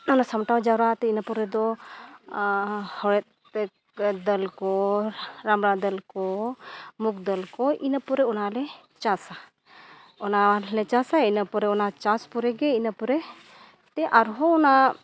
ᱚᱱᱟ ᱥᱟᱢᱴᱟᱣ ᱡᱟᱣᱨᱟ ᱠᱟᱛᱮᱫ ᱤᱱᱟᱹ ᱯᱚᱨᱮ ᱫᱚ ᱦᱚᱲᱮᱡᱽ ᱫᱟᱹᱞ ᱠᱚ ᱨᱟᱢᱲᱟ ᱫᱟᱹᱞ ᱠᱚ ᱢᱩᱜᱽ ᱫᱟᱹᱞ ᱠᱚ ᱤᱱᱟᱹ ᱯᱚᱨᱮ ᱚᱱᱟ ᱞᱮ ᱪᱟᱥᱟ ᱚᱱᱟ ᱞᱮ ᱪᱟᱥᱟ ᱤᱱᱟᱹ ᱯᱚᱨᱮ ᱚᱱᱟ ᱪᱟᱥ ᱯᱚᱨᱮ ᱜᱮ ᱤᱱᱟᱹ ᱯᱚᱨᱮ ᱛᱮ ᱟᱨᱦᱚᱸ ᱚᱱᱟ